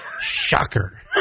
Shocker